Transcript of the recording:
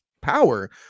power